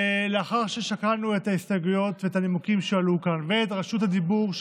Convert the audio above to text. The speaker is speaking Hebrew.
לאחר ששקלנו את ההסתייגויות ואת הנימוקים שעלו כאן ברשות הדיבור,